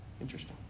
Interesting